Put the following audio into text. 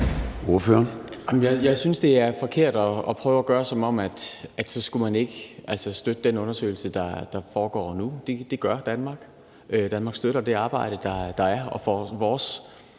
Jeg synes, at det er forkert at prøve at lade, som om man så ikke skulle støtte den undersøgelse, der foregår lige nu. Det gør Danmark. Danmark støtter det arbejde, der er, og vores